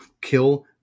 kill